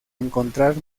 encontrar